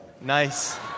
Nice